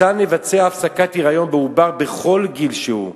ניתן לבצע הפסקת היריון בעובר בכל גיל שהוא,